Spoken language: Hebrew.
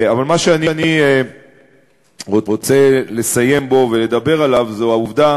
אבל מה שאני רוצה לסיים בו ולדבר עליו זה העובדה